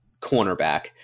cornerback